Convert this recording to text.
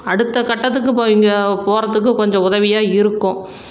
அடுத்த கட்டத்துக்கு இப்போ இங்கே போவதுக்கு கொஞ்சம் உதவியாக இருக்கும்